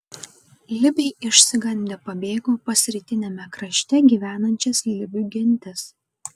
libiai išsigandę pabėgo pas rytiniame krašte gyvenančias libių gentis